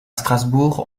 strasbourg